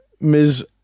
Ms